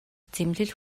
зэмлэл